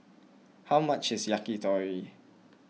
how much is Yakitori